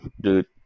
Dude